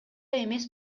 эмес